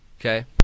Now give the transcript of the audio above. okay